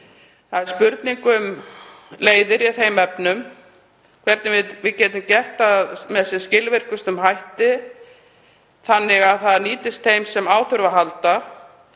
það er spurning um leiðir í þeim efnum, hvernig við getum gert það með sem skilvirkustum hætti þannig að það nýtist þeim sem á þurfa að halda.